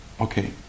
Okay